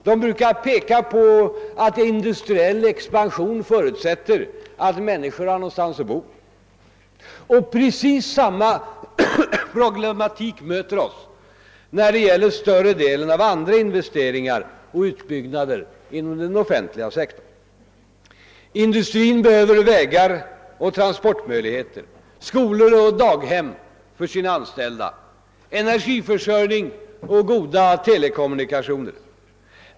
De brukar peka på att industriell expansion förutsätter att människor har någonstans att bo. Precis samma problematik möter oss när det gäller större delen av de andra investeringarna och utbyggnaderna inom den offentliga sektorn: industrin behöver vägar och transportmöjligheter, skolor och daghem för sina anställda, energiförsörjning, goda telekommunikationer.